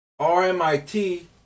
RMIT